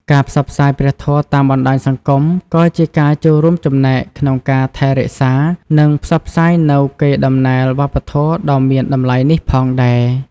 ការផ្សព្វផ្សាយព្រះធម៌តាមបណ្តាញសង្គមក៏ជាការចូលរួមចំណែកក្នុងការថែរក្សា និងផ្សព្វផ្សាយនូវកេរដំណែលវប្បធម៌ដ៏មានតម្លៃនេះផងដែរ។